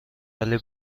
ولی